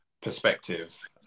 perspective